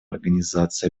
организации